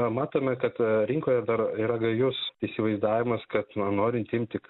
matome kad rinkoje dar yra gajus įsivaizdavimas kad na norint imti